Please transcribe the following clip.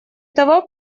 того